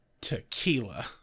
Tequila